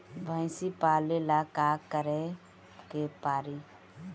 भइसी पालेला का करे के पारी?